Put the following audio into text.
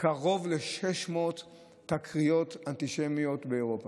קרוב ל-600 תקריות אנטישמיות באירופה.